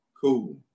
cool